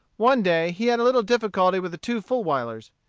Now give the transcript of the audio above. one day he had a little difficulty with the two fulwilers.